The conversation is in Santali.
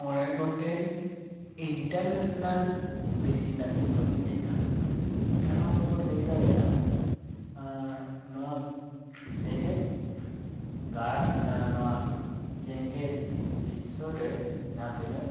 ᱢᱚᱬᱮ ᱜᱚᱴᱮᱱ ᱤᱱᱴᱟᱹᱨᱱᱮᱥᱱᱟᱞ ᱥᱤᱴᱤ ᱨᱮᱱᱟᱜ ᱧᱩᱛᱩᱢ ᱤᱧ ᱞᱟᱹᱭ ᱮᱫᱟ ᱡᱟᱦᱟᱸ ᱫᱚ ᱵᱚᱱ ᱞᱟᱹᱭ ᱫᱟᱲᱮᱭᱟᱜᱼᱟ ᱱᱚᱣᱟ ᱡᱮᱜᱮᱛ ᱜᱟᱲ ᱱᱚᱣᱟ ᱡᱮᱜᱮᱛ ᱵᱤᱥᱥᱚ ᱨᱮ ᱡᱟᱦᱟᱸ ᱛᱤᱱᱟᱹᱜ